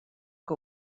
que